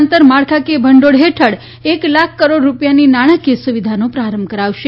આંતરમાળખાકીય ભંડોળ હેઠળ એક લાખ કરોડ રૂપિયાની નાણાકીય સુવિધાનો પ્રારંભ કરાવશે